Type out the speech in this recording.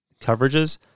coverages